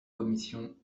commission